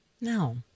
No